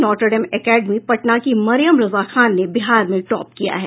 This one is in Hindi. नाट्रेडम एकेडमी पटना की मरियम रजा खान ने बिहार में टॉप किया है